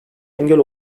engel